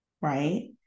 right